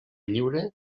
lliure